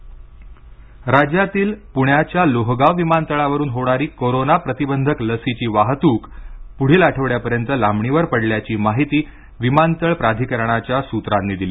लस वाहतूक महाराष्ट्रातील पुण्याच्या लोहगाव विमानतळावरून होणारी कोरोना प्रतिबंधक लसीची वाहतूक पुढील आठवड्यापर्यंत लांबणीवर पडल्याची माहिती विमानतळ प्राधिकरणाच्या सूत्रांनी दिली